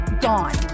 gone